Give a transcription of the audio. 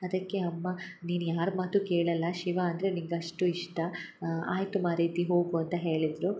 ಅದಕ್ಕೆ ಅಮ್ಮ ನೀನು ಯಾರ ಮಾತು ಕೇಳಲ್ಲ ಶಿವ ಅಂದರೆ ನಿಂಗೆ ಅಷ್ಟು ಇಷ್ಟ ಆಯಿತು ಮಾರೈತಿ ಹೋಗು ಅಂತ ಹೇಳಿದರು